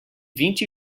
vinte